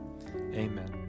Amen